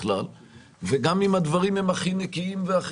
גם אם הדברים הם הכי נקיים,